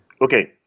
Okay